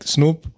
Snoop